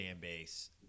base